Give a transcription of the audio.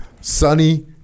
sunny